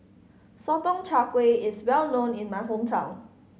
sotong char gui is well known in my hometown